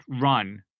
run